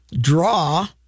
draw